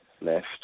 left